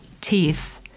teeth